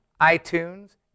iTunes